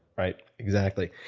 right, exactly.